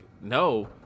no